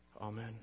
Amen